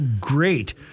great